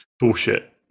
Bullshit